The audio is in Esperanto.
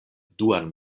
duan